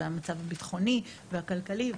גם המצב הביטחוני והכלכלי.